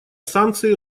санкции